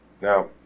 Now